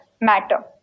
matter